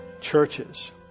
churches